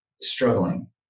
struggling